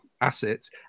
assets